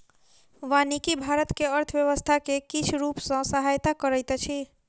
वानिकी भारत के अर्थव्यवस्था के किछ रूप सॅ सहायता करैत अछि